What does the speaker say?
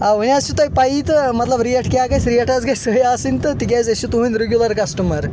آ وۄنۍ حظ چھ تۄہہِ پیی تہٕ ریٹ کیٛاہ گژھہِ ریٹ حظ گژھہِ صحیح آسٕنۍ تہٕ تِکیٛازِ أسۍ چھ تُہٕنٛدۍ رِگیوٗلر کسٹمر